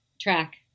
track